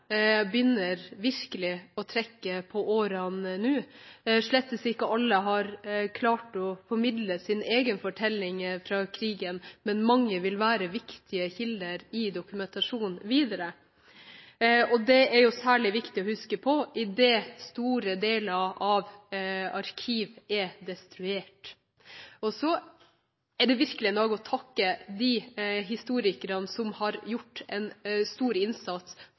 å formidle sin egen fortelling fra krigen, men mange vil være viktige kilder i dokumentasjonen videre, og det er særlig viktig å huske på idet store deler av arkivene er destruert. Så er det virkelig en dag for å takke de historikerne som har gjort en stor innsats